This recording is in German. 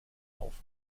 auf